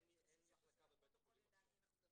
אין מחלקה בבית החולים עצמו.